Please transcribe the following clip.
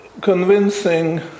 convincing